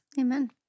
Amen